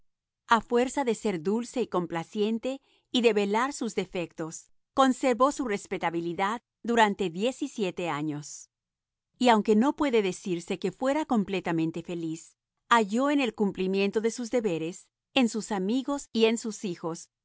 a fuerza de ser dulce y complaciente y de velar sus defectos conservó su respetabilidad durante diez y siete años y aunque no puede decirse que fuera completamente feliz halló en el cumplimiento de sus deberes en sus amigos y en sus hijos